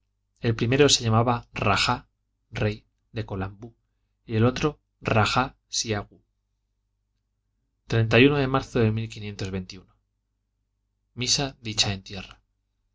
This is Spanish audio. el primero se llamaba raja rey colambu y el otro raja sigo de marzo de misa dicha en tierra